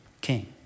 king